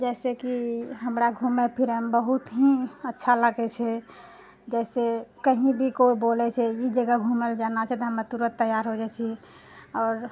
जइसे कि हमरा घुमै फिरैमे बहुत ही अच्छा लागै छै जैसे कहीँ भी कोइ बोलै छै ई जगह घुमैलए जाना छै तऽ हमे तुरत तैयार हो जाइ छी आओर